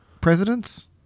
presidents